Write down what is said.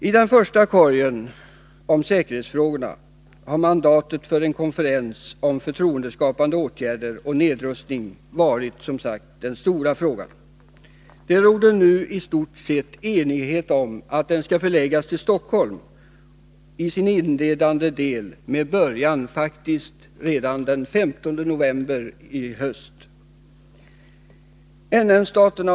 I den första korgen för säkerhetsfrågor har mandatet för en konferens om förtroendeskapande åtgärder och nedrustning som sagt varit den stora frågan. Det råder nu i stort sett enighet om att konferensen skall förläggas till Stockholm — i varje fall den inledande delen — och börja redan den 15 november 1983.